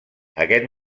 aquest